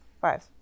five